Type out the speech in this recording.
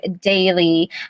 daily